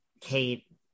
Kate